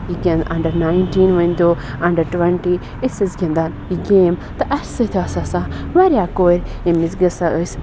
یہِ گِنٛد under nineteen ؤنۍ تو اَنڈَر ٹُوونٹی أسۍ ٲسۍ گِنٛدان یہِ گیم تہٕ اَسہِ سۭتۍ ٲس آسان واریاہ کورِ ییٚمہِ وِزِ گژھان أسۍ